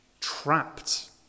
trapped